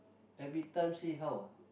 every time say how